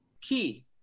key